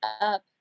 up